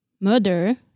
murder